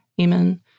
Amen